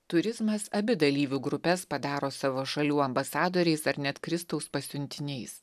turizmas abi dalyvių grupes padaro savo šalių ambasadoriais ar net kristaus pasiuntiniais